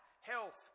health